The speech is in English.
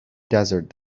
desert